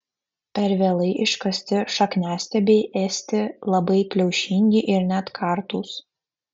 per vėlai iškasti šakniastiebiai esti labai plaušingi ir net kartūs